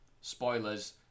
spoilers